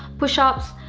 push-ups,